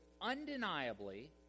undeniably